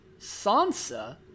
Sansa